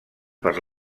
per